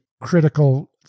critical